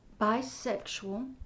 bisexual